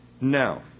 Now